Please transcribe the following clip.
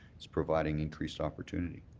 it's providing increased opportunity.